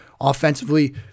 offensively